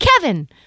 kevin